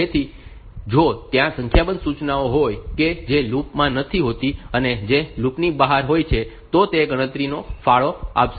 તેથી જો ત્યાં સંખ્યાબંધ સૂચનાઓ હોય કે જે લૂપ માં નથી હોતી અને જે લૂપ ની બહાર હોય છે તો તે ગણતરીમાં ફાળો આપશે